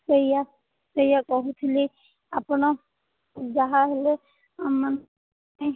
ସେଇୟା ସେଇୟା କହୁଥିଲି ଆପଣ ଯାହା ହେଲେ ଆମେମାନେ